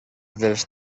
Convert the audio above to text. dels